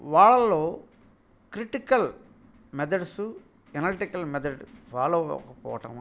వాళ్ళో critical methods analytical method follow అవ్వకపోవటం వలన